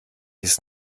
ist